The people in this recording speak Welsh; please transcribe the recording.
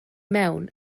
mewn